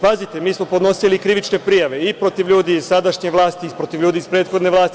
Pazite, mi smo podnosili i krivične prijave i protiv ljudi iz sadašnje vlasti i protiv ljudi iz prethodne vlasti.